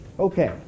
Okay